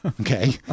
Okay